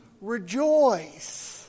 rejoice